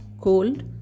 cold